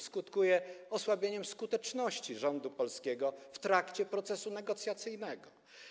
Skutkuje osłabieniem skuteczności rządu polskiego w trakcie procesu negocjacyjnego.